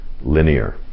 linear